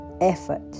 effort